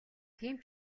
тийм